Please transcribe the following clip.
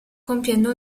compiendo